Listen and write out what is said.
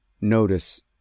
notice